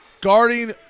guarding